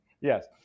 Yes